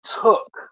took